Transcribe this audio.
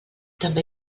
també